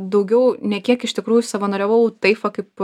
daugiau ne kiek iš tikrųjų savanoriavau taip va kaip